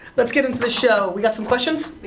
let's get into the show. we got some questions?